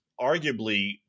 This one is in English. arguably